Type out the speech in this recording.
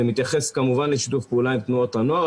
זה מתייחס כמובן לשיתוף פעולה עם תנועות הנוער,